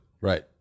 Right